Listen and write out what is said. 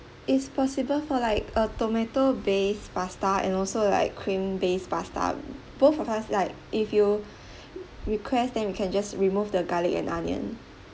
it's possible for like a tomato based pasta and also like cream based pasta both of as like if you request then we can just remove the garlic and onion